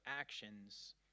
actions